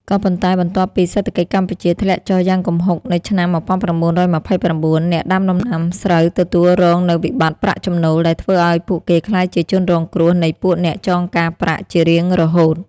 ក៏ប៉ុន្តែបន្ទាប់ពី សេដ្ឋកិច្ចកម្ពុជាធ្លាក់ចុះយ៉ាងគំហុកនៅឆ្នាំ១៩២៩ អ្នកដាំដំណាំស្រូវទទួលរងនូវវិបត្តិប្រាក់ចំណូល ដែលធ្វើអោយពួកគេក្លាយជាជនរងគ្រោះនៃពួកអ្នកចងកាប្រាក់ជារៀងរហូត ។